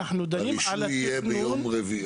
הרישוי יהיה ביום רביעי.